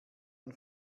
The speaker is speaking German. man